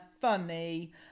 funny